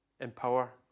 empower